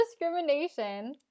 discrimination